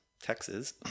Texas